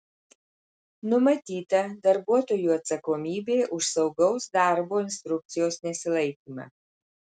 numatyta darbuotojų atsakomybė už saugaus darbo instrukcijos nesilaikymą